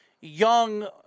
young